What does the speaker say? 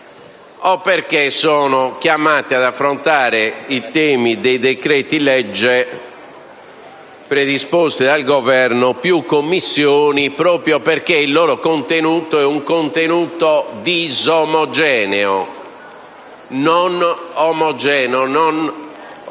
o perché sono chiamati ad affrontare i temi dei decreti-legge predisposti dal Governo in più Commissioni, proprio perché il loro contenuto è disomogeneo, non organico